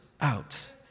out